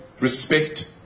respect